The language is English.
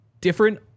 different